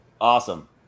awesome